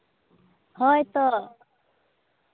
ᱦᱳᱭ ᱛᱚ